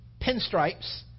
pinstripes